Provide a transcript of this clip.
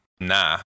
nah